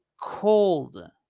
cold